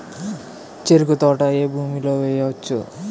చెరుకు తోట ఏ భూమిలో వేయవచ్చు?